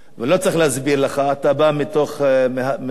לא צריך להסביר לך, אתה בא מתוך הכפר,